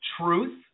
truth